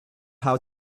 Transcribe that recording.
how